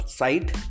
site